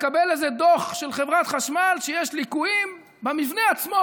מתקבל איזה דוח של חברת חשמל שיש ליקויים במבנה עצמו,